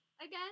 again